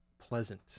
pleasant